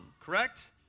Correct